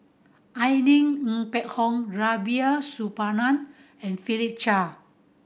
Irene Ng Phek Hoong Rubiah Suparman and Philip Chia